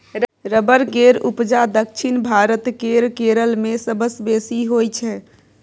rubber केर उपजा दक्षिण भारत केर केरल मे सबसँ बेसी होइ छै